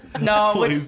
No